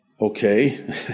okay